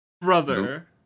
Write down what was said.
brother